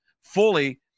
fully